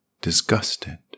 disgusted